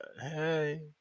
Hey